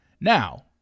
Now